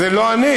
זה לא אני,